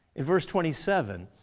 in verse twenty seven,